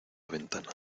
ventana